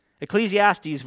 Ecclesiastes